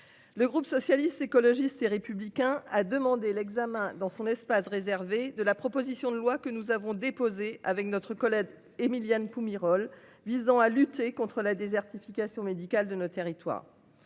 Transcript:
Le groupe socialiste, écologiste et républicain a demandé l'examen dans son espace réservé de la proposition de loi que nous avons déposé avec notre collègue Emilia Ntoumi rôle visant à lutter contre la désertification médicale de nos territoires.